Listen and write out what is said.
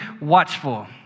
watchful